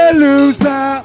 loser